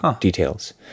details